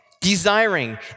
desiring